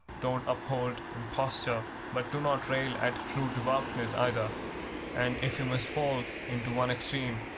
don't uphold imposture but do not rail at true devoutness, either and if you must fall into one extreme,